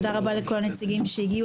תודה רבה לכל הנציגים שהגיעו.